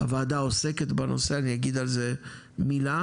הוועדה עוסקת בנושא אני אגיד על זה מילה,